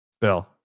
Bill